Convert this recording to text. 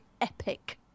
epic